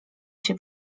się